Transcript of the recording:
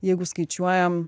jeigu skaičiuojam